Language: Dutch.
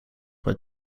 met